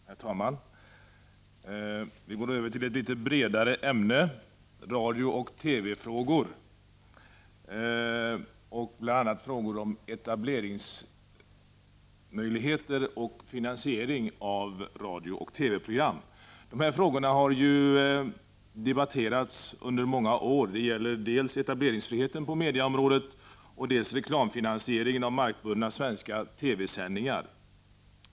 Herr talman! Vi går nu över till ett litet bredare ämne — radiooch TV frågor. Bl.a. handlar det om etableringsmöjligheter och om finansieringen av radiooch TV-program. Dessa frågor har ju debatterats under många år. Det gäller då dels etableringsfriheten på mediaområdet, dels reklamfinansiering av markbundna svenska TV-sändningar.